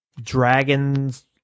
Dragon's